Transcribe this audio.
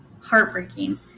heartbreaking